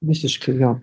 visiškai jo